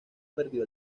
perdió